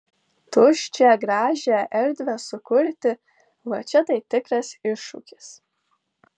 tuščią gražią erdvę sukurti va čia tai tikras iššūkis